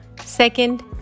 Second